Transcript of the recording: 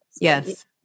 Yes